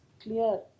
clear